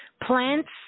Plants